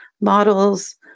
models